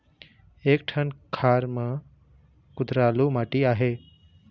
एक ठन खार म कुधरालू माटी आहे?